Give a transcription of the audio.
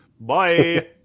Bye